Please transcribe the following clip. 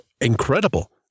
incredible